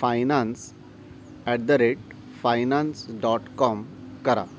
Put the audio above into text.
finance at the rate finance dot com करा